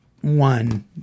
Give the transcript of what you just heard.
one